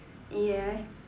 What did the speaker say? yes